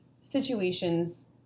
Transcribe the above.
situations